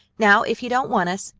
now, if you don't want us,